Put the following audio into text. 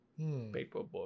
Paperboy